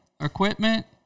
equipment